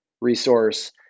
resource